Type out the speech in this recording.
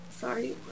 sorry